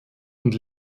und